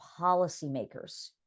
policymakers